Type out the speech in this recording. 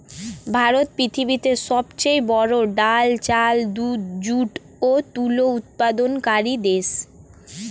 ভারত পৃথিবীতে সবচেয়ে বড়ো ডাল, চাল, দুধ, যুট ও তুলো উৎপাদনকারী দেশ